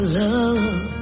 love